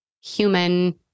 human